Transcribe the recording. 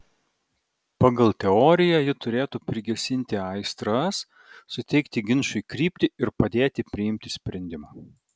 pagal teoriją ji turėtų prigesinti aistras suteikti ginčui kryptį ir padėti priimti sprendimą